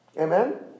Amen